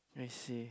I see